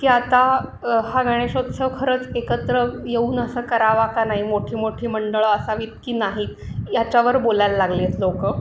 की आता हा गणेशोत्सव खरंच एकत्र येऊन असं करावा का नाही मोठी मोठी मंडळं असावीत की नाहीत याच्यावर बोलायला लागलेत लोकं